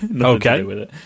Okay